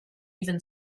even